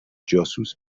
جاسوس